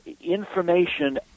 Information